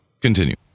Continue